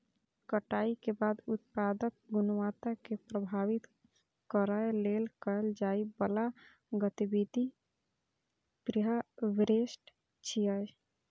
कटाइ के बाद उत्पादक गुणवत्ता कें प्रभावित करै लेल कैल जाइ बला गतिविधि प्रीहार्वेस्ट छियै